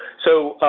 so,